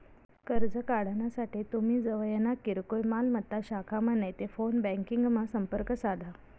कर्ज काढानासाठे तुमी जवयना किरकोय मालमत्ता शाखामा नैते फोन ब्यांकिंगमा संपर्क साधा